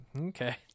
Okay